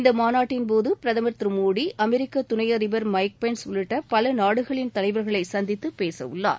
இந்த மாநாட்டின் போது பிரதமர் திரு மோடி அமெரிக்க துணை அதிபர் மைக் பென்ஸ் உள்ளிட்ட பல நாடுகளின் தலைவர்களை சந்தித்துப் பேச உள்ளார்